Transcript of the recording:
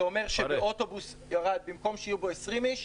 זה אומר שבמקום שיהיו באוטובוס 20 איש,